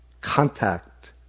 Contact